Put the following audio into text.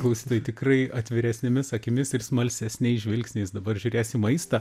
klausytojai tikrai atviresnėmis akimis ir smalsesniais žvilgsniais dabar žiūrės į maistą